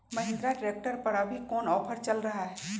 Mahindra tractor पर अभी कोन ऑफर चल रहा है?